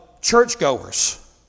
churchgoers